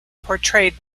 portrayed